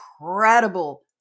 incredible